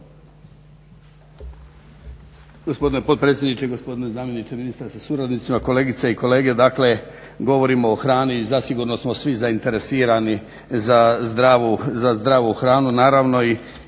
Gospodine potpredsjedniče, gospodine zamjeniče ministra sa suradnicima, kolegice i kolege. Dakle govorimo o hrani i zasigurno smo svi zainteresirani za zdravu hranu naravno i